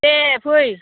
दे फै